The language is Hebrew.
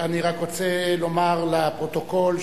אני רק רוצה לומר לפרוטוקול,